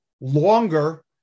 longer